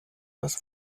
das